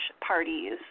parties